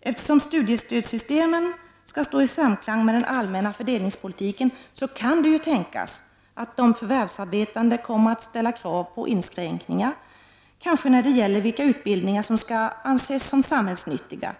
Eftersom studiestödssystemen skall stå i samklang med den allmänna fördelningspolitiken, kan det ju tänkas att de förvärvsarbetande kommer att ställa krav på inskränkningar, t.ex. när det gäller vilka utbildningar som skall anses som samhällsnyttiga.